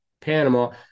Panama